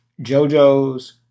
JoJo's